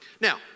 Now